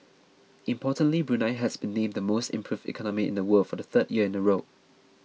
importantly Brunei has been named the most improved economy in the world for the third year in a row